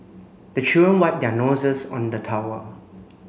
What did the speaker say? the children wipe their noses on the towel